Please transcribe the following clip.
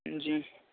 جی